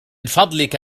فضلك